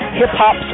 hip-hop